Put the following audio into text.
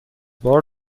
بار